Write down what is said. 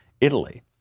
Italy